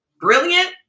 brilliant